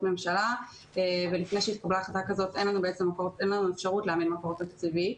ממשלה ולפני שהתקבלה החלטה כזאת אין לנו אפשרות להעמיד מקור תקציבי.